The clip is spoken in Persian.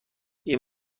این